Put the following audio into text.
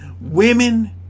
women